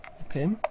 Okay